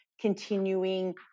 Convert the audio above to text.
continuing